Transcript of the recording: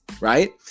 right